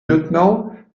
lieutenant